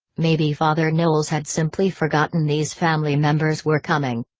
maybe father knowles had simply forgotten these family members were coming.